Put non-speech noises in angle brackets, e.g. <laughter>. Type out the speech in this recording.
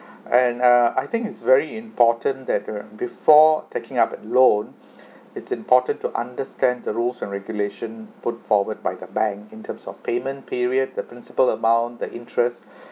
and uh I think is very important that uh before taking up loan <breath> it's important to understand the rules and regulation put forward by the bank in terms of payment period the principal amount the interest